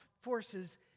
forces